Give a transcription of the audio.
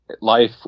life